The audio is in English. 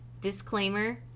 disclaimer